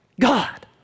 God